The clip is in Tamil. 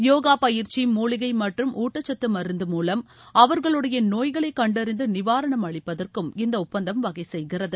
யோகா பயிற்சி மூலிகை மற்றும் ஊட்டச்சத்து மருந்து மூலம் அவர்களுடைய நோய்களை கண்டறிந்து நிவாரணம் அளிப்பதற்கும் இந்த ஒப்பந்தம் வகை செய்கிறது